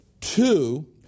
two